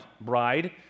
bride